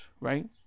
right